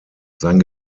sein